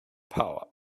power